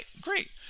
great